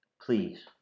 please